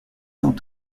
cents